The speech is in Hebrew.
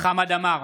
חמד עמאר,